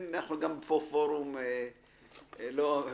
אנחנו פה בפורום מצומצם,